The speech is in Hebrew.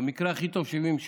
במקרה הכי טוב 70 ש"ח.